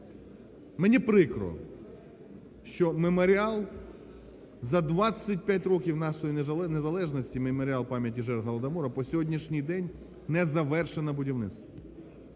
Мені прикро, що меморіал за 25 років нашої Незалежності, Меморіал пам'яті жертв Голодомору, по сьогоднішній день - незавершене будівництво.